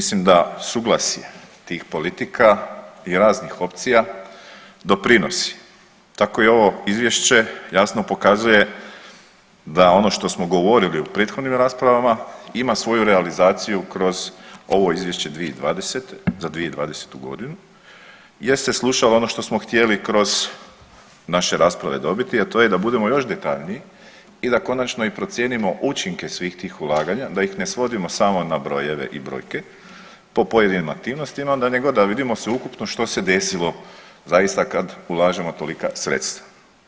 Mislim da suglasje tih politika i raznih opcija doprinosi, tako i ovo izvješće jasno pokazuje da ono što smo govorili u prethodnim raspravama ima svoju realizaciju kroz ovo Izvješće za 2020. godinu jer se slušalo ono što smo htjeli kroz naše rasprave dobiti, a to je da budemo još detaljniji i da konačno i procijenimo učinke svih tih ulaganja, da ih ne svodimo samo na brojeve i brojke po pojedinim aktivnostima, nego da vidimo sveukupno što se desilo zaista kad ulažemo tolika sredstva.